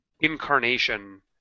incarnation